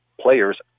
players